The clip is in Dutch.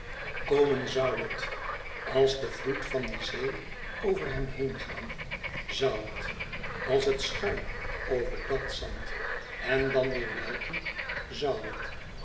komen zoû het als de vloed van die zee over hem heen gaan zoû het als het schuim over dat zand en dan weêr wijken zoû het